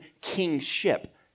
kingship